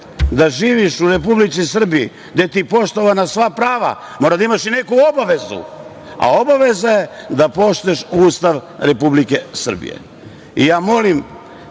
da živiš u Republici Srbiji, gde su ti poštovana sva prava moraš da imaš i neku obavezu, a obaveza je da poštuješ Ustav Republike Srbije. Molim